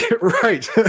right